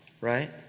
Right